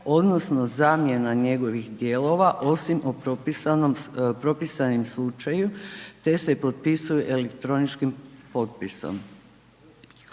odnosno zamjena njegovih dijelova osim u propisanim slučaju, te se potpisuju elektroničkim potpisom.